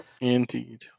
Indeed